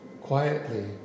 quietly